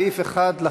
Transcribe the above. סעיף 1 לחוק.